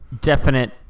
Definite